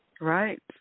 Right